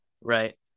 Right